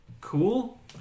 cool